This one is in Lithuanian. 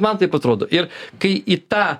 man taip atrodo ir kai į tą